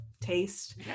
taste